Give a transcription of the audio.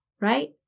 right